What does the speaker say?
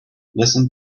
listen